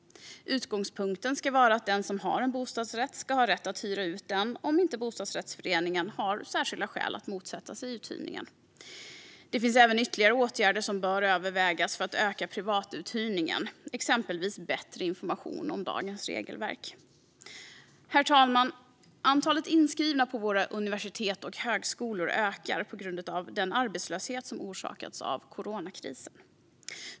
Utgångspunkten ska vara att den som har en bostadsrätt ska ha rätt att hyra ut den om inte bostadsrättsföreningen har särskilda skäl att motsätta sig uthyrningen. Det finns även ytterligare åtgärder som bör övervägas för att öka privatuthyrningen, exempelvis bättre information om dagens regelverk. Herr talman! Antalet inskrivna på våra universitet och högskolor ökar på grund av den arbetslöshet som orsakats av coronakrisen.